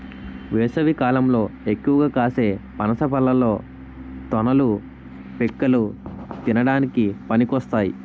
వేసవికాలంలో ఎక్కువగా కాసే పనస పళ్ళలో తొనలు, పిక్కలు తినడానికి పనికొస్తాయి